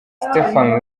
stephen